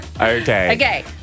Okay